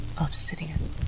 Obsidian